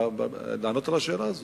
לענות על השאלה הזאת.